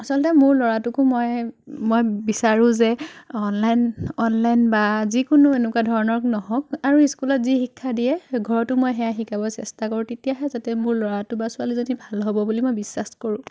আচলতে মোৰ ল'ৰাটোকো মই মই বিচাৰোঁ যে অনলাইন অনলাইন বা যিকোনো এনেকুৱা ধৰণৰ নহওক আৰু স্কুলত যি শিক্ষা দিয়ে ঘৰতো মই সেয়া শিকাবলে চেষ্টা কৰোঁ তেতিয়াহে যাতে মোৰ ল'ৰাটো বা ছোৱালীজনী ভাল হ'ব বুলি মই বিশ্বাস কৰোঁ